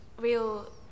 real